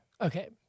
okay